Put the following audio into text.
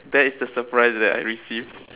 that is the surprise that I received